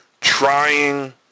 trying